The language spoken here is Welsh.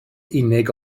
unig